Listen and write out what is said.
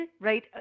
right